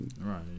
Right